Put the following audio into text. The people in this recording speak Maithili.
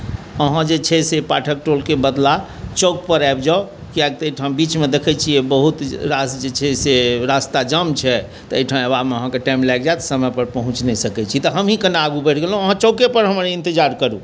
अहाँ जे छै से पाठक टोलके बदला चौकपर आबि जाउ कियाकि एहिठाम बीचमे देखै छिए बहुत रास जे छै से रास्ता जाम छै तऽ एहिठाम अएबामे अहाँके टाइम लागि जाएत समयपर पहुँच नहि सकै छी तऽ हमहीँ कनि आगू बढ़ि गेलहुँ चौकेपर हमर इन्तजार करू